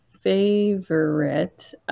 favorite